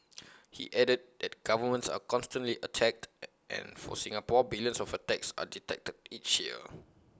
he added that governments are constantly attacked and for Singapore billions of attacks are detected each year